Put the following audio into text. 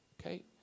okay